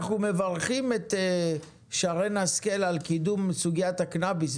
אנחנו מברכים את שרן השכל על קידום סוגית הקנביס,